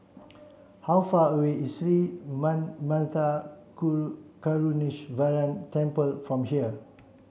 how far away is Sri Manmatha Karuneshvarar Temple from here